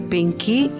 Pinky